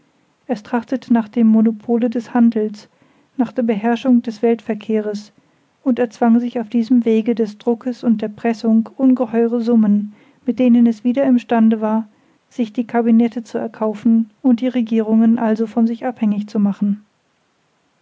es trachtete nach dem monopole des handels nach der beherrschung des weltverkehres und erzwang sich auf diesem wege des druckes und der pressung ungeheure summen mit denen es wieder im stande war sich die kabinete zu erkaufen und die regierungen also von sich abhängig zu machen